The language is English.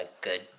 good